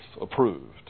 approved